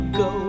go